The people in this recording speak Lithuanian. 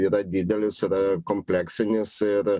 yra didelis yra kompleksinis ir